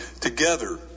Together